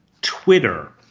Twitter